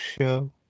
Show